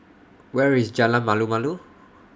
Where IS Jalan Malu Malu